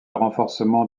renforcement